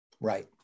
Right